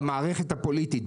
במערכת הפוליטית,